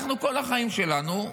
כל החיים שלנו,